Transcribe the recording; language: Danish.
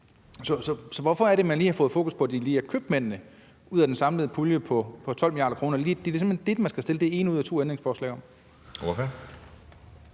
Så hvorfor er det, man lige har fået fokus på, at det er det med købmændene ud af den samlede pulje på 1.200 mia. kr., man skal stille det ene ud af to ændringsforslag om?